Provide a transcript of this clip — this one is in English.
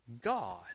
God